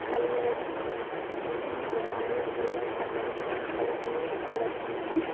খালে যিকোনো বেমাৰো ভাল হয় চাটনি বনাইয়ো খাব পাৰি চালাড বনাইয়ো